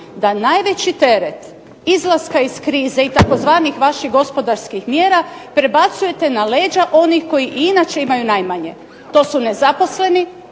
da najveći teret izlaska iz krize i tzv. vaših gospodarskih mjera prebacujete na leđa onih koji i inače imaju najmanje. To su nezaposleni,